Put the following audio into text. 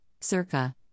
circa